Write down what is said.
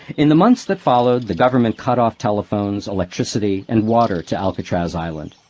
in the months that followed, the government cut off telephones, electricity, and water to alcatraz island.